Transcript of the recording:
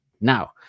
now